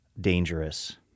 dangerous